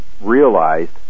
realized